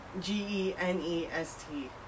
G-E-N-E-S-T